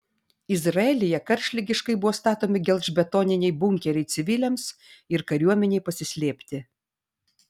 izraelyje karštligiškai buvo statomi gelžbetoniniai bunkeriai civiliams ir kariuomenei pasislėpti